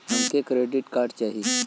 हमके credit card चाही